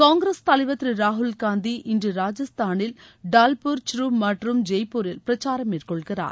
காங்கிரஸ் தலைவர் திரு ராகுல் காந்தி இன்று ராஜஸ்தானில் டாவ்பூர் ச்சுரு மற்றும் ஜெய்ப்பூரில் பிரச்சாரம் மேற்கொள்கிறார்